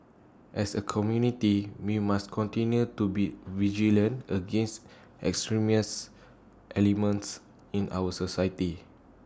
as A community we must continue to be vigilant against extremist elements in our society